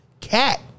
cat